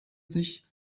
sich